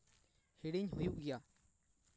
ᱦᱤᱲᱤᱧ ᱦᱩᱭᱩᱜ ᱜᱮᱭᱟ